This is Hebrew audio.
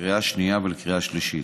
לקריאה שנייה ולקריאה שלישית.